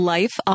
Life